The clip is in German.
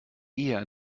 eher